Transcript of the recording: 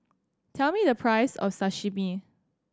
tell me the price of Sashimi